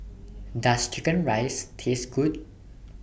Does Chicken Rice Taste Good